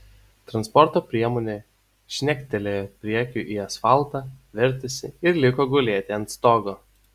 transporto priemonė žnektelėjo priekiu į asfaltą vertėsi ir liko gulėti ant stogo